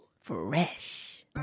fresh